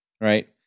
right